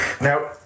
Now